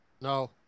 No